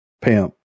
pimp